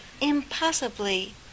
impossibly